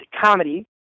comedy